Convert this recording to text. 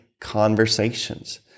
conversations